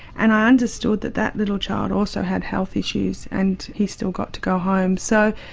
and i understood that that little child also had health issues, and he still got to go home. so,